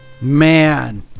Man